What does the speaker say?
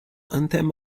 anthem